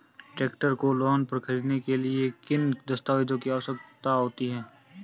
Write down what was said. Tractor को loan पर खरीदने के लिए किन दस्तावेज़ों की आवश्यकता होती है?